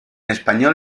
español